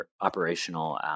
operational